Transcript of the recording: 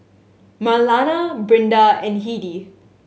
Marlana Brinda and Hedy